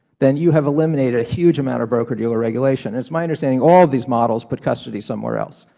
then you have eliminated a huge amount of broker dealer regulation. it's my understanding all of these models put custody somewhere else,